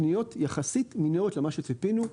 הפניות יחסית מינוריות למה שציפינו.